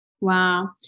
Wow